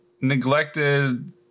neglected